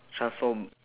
transform